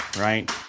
right